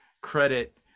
credit